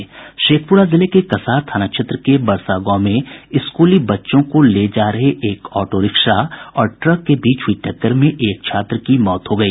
शेखपुरा जिले के कसार थाना क्षेत्र के बरसा गांव में स्कूली बच्चों को ले जा रहे एक ऑटो और ट्रक के बीच हुई टक्कर में एक छात्र की मौत हो गई